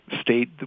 State